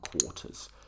quarters